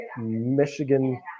Michigan